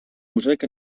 mosaic